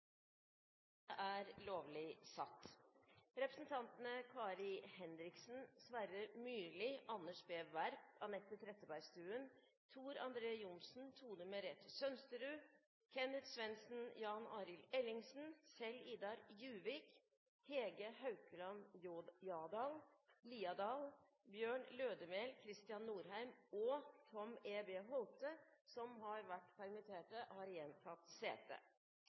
Representantene Kari Henriksen, Sverre Myrli, Anders B. Werp, Anette Trettebergstuen, Tor André Johnsen, Tone Merete Sønsterud, Kenneth Svendsen, Jan Arild Ellingsen, Kjell-Idar Juvik, Hege Haukeland Liadal, Bjørn Lødemel, Kristian Norheim og Tom E. B. Holthe, som har vært permitterte, har igjen tatt sete.